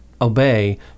obey